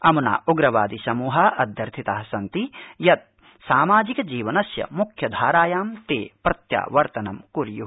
अम्ना उग्रवादि समूहा अध्यार्थितासन्ति यत्सामाजिक जीवनस्य मुख्य धारायां प्रत्यावर्तन कुर्यु